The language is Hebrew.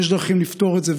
יש דרכים לפתור את זה,